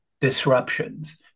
disruptions